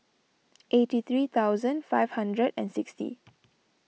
eighty three thousand five hundred and sixty